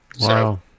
Wow